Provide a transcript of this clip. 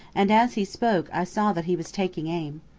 and as he spoke i saw that he was taking aim.